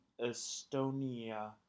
Estonia